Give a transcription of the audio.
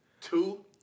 Two